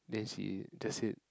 then she just said